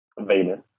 Venus